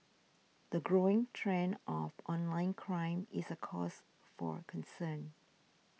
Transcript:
the growing trend of online crime is a cause for concern